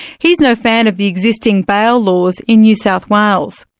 he's no fan of the existing bail laws in new south wales.